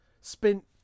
spent